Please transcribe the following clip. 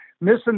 missing